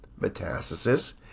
metastasis